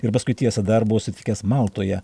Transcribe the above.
ir paskui tiesa dar buvau sutikęs maltoje